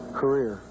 career